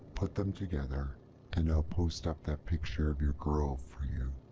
put them together and i'll post up that picture of your girl for you.